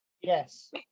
Yes